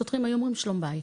שוטרים היו אומרים, שלום בית.